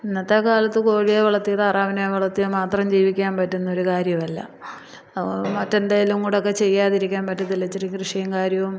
ഇന്നത്തെക്കാലത്ത് കോഴിയെ വളർത്തി താറാവിനെ വളത്തിയോ മാത്രം ജീവിക്കാന് പറ്റുന്നൊരു കാര്യമല്ല മറ്റെന്തേലും കൂടെയൊക്കെ ചെയ്യാതിരിക്കാൻ പറ്റത്തില്ല ഇച്ചിരി കൃഷിയും കാര്യവും